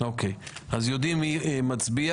אוקיי, אז יודעים מי מצביע.